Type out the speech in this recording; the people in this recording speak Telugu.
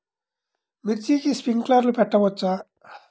మిర్చికి స్ప్రింక్లర్లు పెట్టవచ్చా?